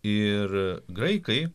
ir graikai